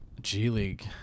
G-League